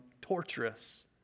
torturous